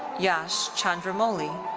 yash candramouli